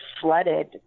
flooded